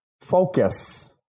focus